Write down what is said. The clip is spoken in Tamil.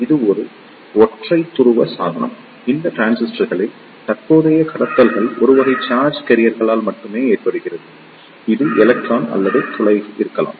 இது ஒரு ஒற்றை துருவ சாதனம் இந்த டிரான்சிஸ்டர்களில் தற்போதைய கடத்துதல் ஒரு வகை சார்ஜ் கேரியர்களால் மட்டுமே ஏற்படுகிறது இது எலக்ட்ரான் அல்லது துளை இருக்கலாம்